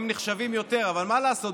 הם נחשבים יותר, אבל מה לעשות?